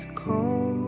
cold